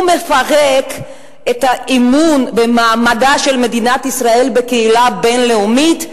הוא מפרק את האמון במעמדה של מדינת ישראל בקהילה הבין-לאומית.